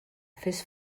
fes